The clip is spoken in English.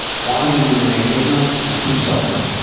why do we remain ignorant and keep suffering?